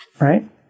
right